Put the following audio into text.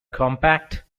compact